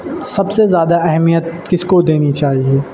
سب سے زیادہ اہمیت کس کو دینی چاہیے